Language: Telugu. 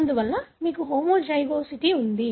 అందువల్ల మీకు హోమోజైగోసిటీ ఉంది